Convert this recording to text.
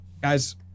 Guys